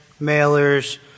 mailers